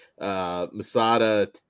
Masada